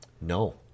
No